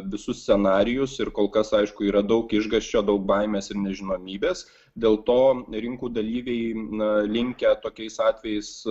visus scenarijus ir kol kas aišku yra daug išgąsčio daug baimės ir nežinomybės dėl to rinkų dalyviai na linkę tokiais atvejais